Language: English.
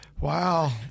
Wow